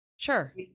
Sure